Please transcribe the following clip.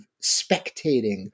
spectating